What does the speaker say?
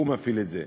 הוא מפעיל את זה.